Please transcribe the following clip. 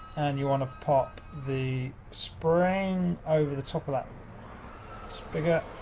and you wanna pop the spring over the top of that spigot.